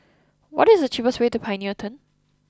what is the cheapest way to Pioneer Turn